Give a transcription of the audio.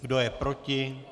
Kdo je proti?